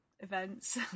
events